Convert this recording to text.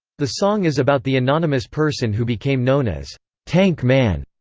the song is about the anonymous person who became known as tank man.